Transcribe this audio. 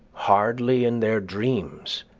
hardly in their dreams.